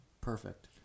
Perfect